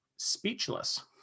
speechless